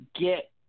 get